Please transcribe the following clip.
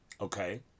Okay